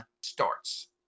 starts